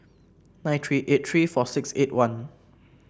nine three eight three four six eight one